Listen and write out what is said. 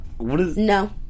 No